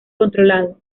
controlado